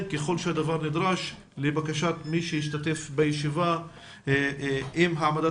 ככל שהדבר נדרש לבקשת מי שהשתתף בישיבה אם העמדת